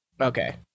Okay